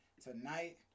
tonight